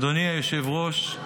אדוני היושב-ראש,